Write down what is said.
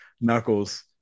knuckles